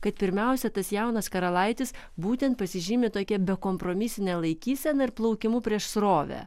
kad pirmiausia tas jaunas karalaitis būtent pasižymi tokia bekompromisine laikysena ir plaukimu prieš srovę